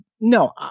No